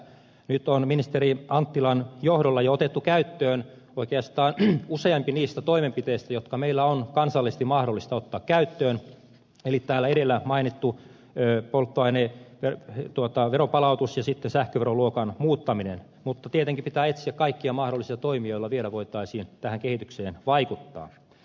nyt on jo ministeri anttilan johdolla otettu käyttöön oikeastaan useampi niistä toimenpiteistä jotka meillä on kansallisesti mahdollista ottaa käyttöön eli täällä edellä mainittu polttoaineveronpalautus ja sitten sähköveroluokan muuttaminen mutta tietenkin pitää etsiä kaikkia mahdollisia toimia joilla vielä voitaisiin tähän kehitykseen vaikuttaa